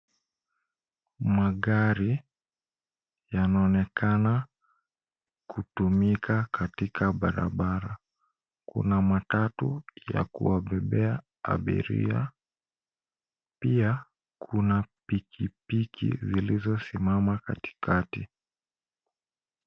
Magari yanaonekana kutumika katika barabara. Kuna matatu ya kuwabebea abiria. Pia kuna pikipiki zilizosimama katikati.